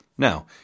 Now